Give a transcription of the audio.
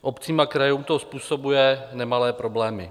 Obcím a krajům to způsobuje nemalé problémy.